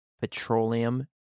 petroleum